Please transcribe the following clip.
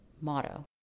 motto